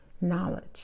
knowledge